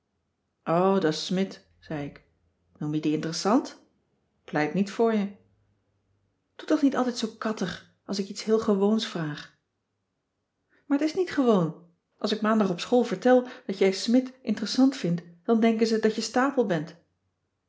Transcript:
da's smidt zei ik noem je die interessant pleit niet voor je doe toch niet altijd zoo kattig als ik je iets heel gewoons vraag maar t is niet gewoon als ik maandag op school vertel dat jij smidt interessant vindt dan denken ze dat je stapel bent